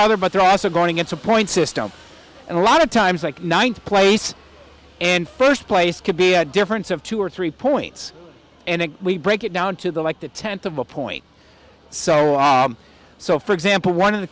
other but they're also going it's a point system and a lot of times like ninth place and first place could be a difference of two or three points and we break it down to the like the tenth of a point so so for example one of the